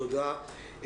תודה.